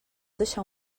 deixar